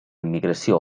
immigració